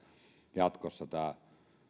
jatkossa tämä